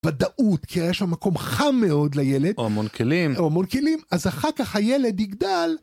ודאות, כי יש שם מקום חם מאוד לילד או המון כלים או המון כלים, אז אחר כך הילד יגדל